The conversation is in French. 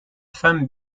femme